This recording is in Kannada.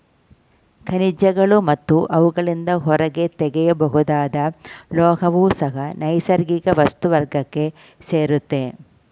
ಖನಿಜಗಳು ಮತ್ತು ಅವುಗಳಿಂದ ಹೊರತೆಗೆಯಬಹುದಾದ ಲೋಹವೂ ಸಹ ನೈಸರ್ಗಿಕ ವಸ್ತು ವರ್ಗಕ್ಕೆ ಸೇರಯ್ತೆ